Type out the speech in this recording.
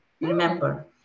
remember